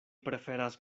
preferas